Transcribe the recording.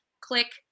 Click